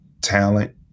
talent